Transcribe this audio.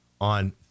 on